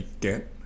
get